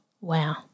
Wow